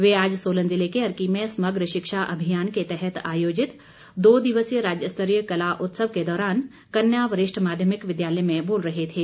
वे आज सोलन जिले के अर्की में समग्र शिक्षा अभियान के तहत आयोजित दो दिवसीय राज्य स्तरीय कला उत्सव के दौरान कन्या वरिष्ठ माध्यमिक विद्यालय में बोल रहे थे